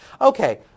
Okay